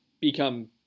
become